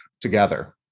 together